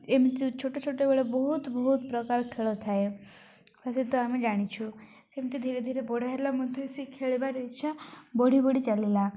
ଏମିତି ଛୋଟ ଛୋଟବେଳେ ବହୁତ ବହୁତ ପ୍ରକାର ଖେଳ ଥାଏ ତା ସହିତ ଆମେ ଜାଣିଛୁ ସେମିତି ଧୀରେ ଧୀରେ ବଡ଼ ହେଲା ମଧ୍ୟ ସେ ଖେଳିବାର ଇଚ୍ଛା ବଢ଼ି ବଢ଼ି ଚାଲିଲା